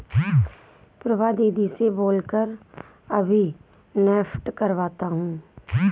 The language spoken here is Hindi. प्रभा दीदी से बोल कर अभी नेफ्ट करवाता हूं